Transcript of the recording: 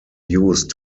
used